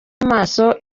amaso